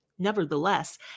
Nevertheless